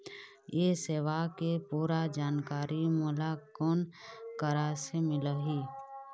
ये सेवा के पूरा जानकारी मोला कोन करा से मिलही?